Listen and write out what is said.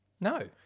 No